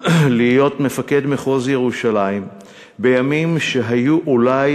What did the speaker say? להיות מפקד מחוז ירושלים בימים שהיו אולי